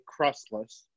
crustless